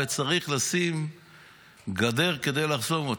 וצריך לשים גדר כדי לחסום אותם.